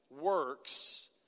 works